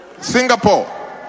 Singapore